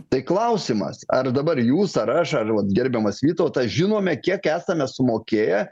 tai klausimas ar dabar jūs ar aš ar va gerbiamas vytautas žinome kiek esame sumokėję